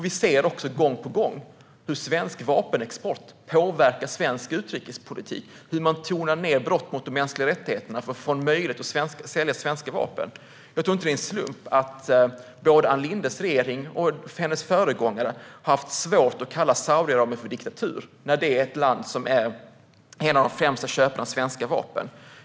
Vi ser gång på gång hur svensk vapenexport påverkar svensk utrikespolitik och hur man tonar ned brott mot de mänskliga rättigheterna för att få en möjlighet att sälja svenska vapen. Jag tror inte att det är en slump att både Ann Lindes regering och hennes föregångare har haft svårt att kalla Saudiarabien för en diktatur när det är ett land som är en av de främsta köparna av svenska vapen.